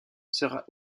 sera